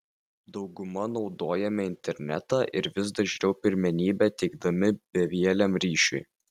dauguma naudojame internetą ir vis dažniau pirmenybę teikdami bevieliam ryšiui